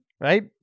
right